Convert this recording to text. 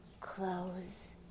Close